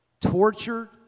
tortured